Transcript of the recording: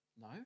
No